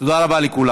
תודה רבה לכולם.